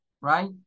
Right